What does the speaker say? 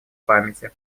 памяти